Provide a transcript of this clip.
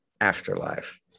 Afterlife